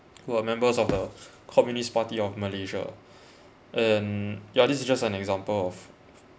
who are members of the communist party of malaysia and yeah this is just an example of